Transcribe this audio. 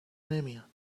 نمیاد